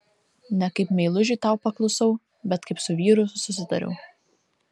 ne kaip meilužiui tau paklusau bet kaip su vyru susitariau